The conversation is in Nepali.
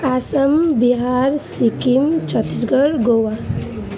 आसाम बिहार सिक्किम छत्तिसगढ गोवा